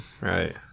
right